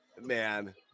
Man